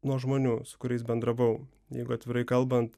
nuo žmonių su kuriais bendravau jeigu atvirai kalbant